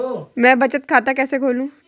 मैं बचत खाता कैसे खोलूं?